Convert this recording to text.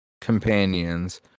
Companions